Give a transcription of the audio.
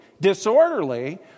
disorderly